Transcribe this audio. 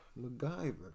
MacGyver